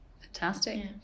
Fantastic